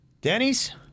Denny's